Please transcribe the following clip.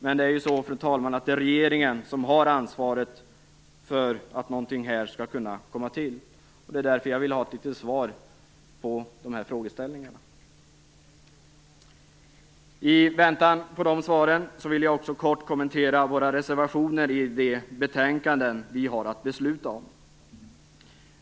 Men det är ju regeringen, fru talman, som har ansvaret för att någonting här skall kunna komma till, och det är därför jag vill ha ett svar på de här frågeställningarna. I väntan på de svaren vill jag också kort kommentera våra reservationer till det betänkande vi har att besluta om.